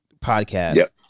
podcast